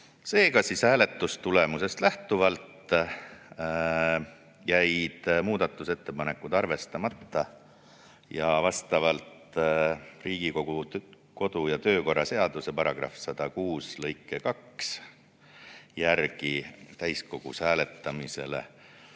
Seega hääletustulemusest lähtuvalt jäid muudatusettepanekud arvestamata ja Riigikogu kodu- ja töökorra seaduse § 106 lõike 2 järgi täiskogus hääletamisele